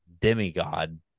demigod